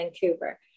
Vancouver